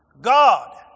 god